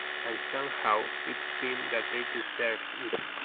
and somehow it seemed that they deserved it.